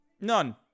None